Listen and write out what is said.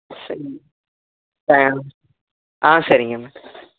சரிங்க ஆ ஆ சரிங்கம்மா